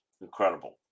Incredible